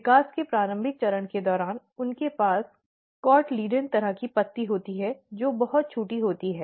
विकास के प्रारंभिक चरण के दौरान उनके पास कॉटिलीडॅन तरह की पत्ती होती है जो बहुत छोटी होती है